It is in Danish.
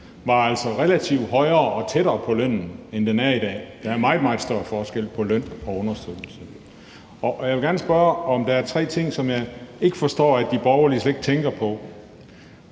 relativt højere og tættere på lønnen, end den er i dag. Der er meget, meget større forskel på løn og understøttelse i dag. Jeg vil gerne spørge om noget, og der er tre ting, som jeg ikke forstår at de borgerlige slet ikke tænker på.